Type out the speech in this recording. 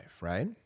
right